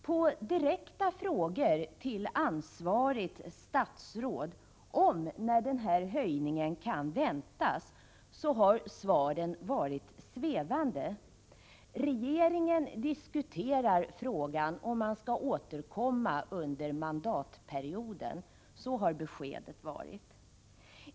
På direkta frågor till ansvarigt statsråd om när den här höjningen kan väntas har svaren varit svävande. Regeringen diskuterar frågan, och man skall återkomma under mandatperioden. Så har beskedet varit.